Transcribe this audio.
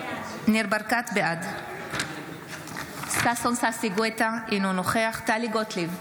בעד ששון ששי גואטה, אינו נוכח טלי גוטליב,